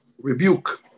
rebuke